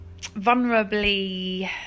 vulnerably